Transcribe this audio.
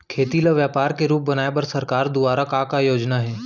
खेती ल व्यापार के रूप बनाये बर सरकार दुवारा का का योजना हे?